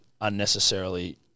unnecessarily